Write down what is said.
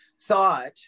thought